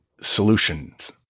solutions